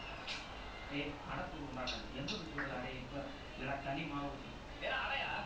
err I think probably N_U_S lah hopefully can lah because morning bryan say check பண்ண மாட்டாங்க:panna maattaanga so hopefully can